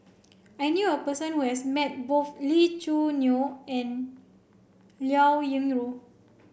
I knew a person who has met both Lee Choo Neo and Liao Yingru